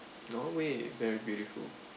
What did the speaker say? norway very beautiful